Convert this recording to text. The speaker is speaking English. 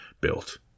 built